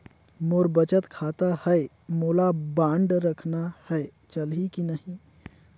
मोर बचत खाता है मोला बांड रखना है चलही की नहीं?